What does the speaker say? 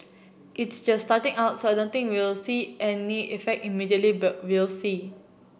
it's just starting out so I don't think we'll see any effect immediately but we'll see